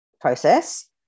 process